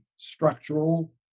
structural